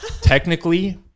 technically